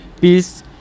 peace